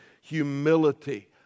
humility